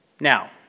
Now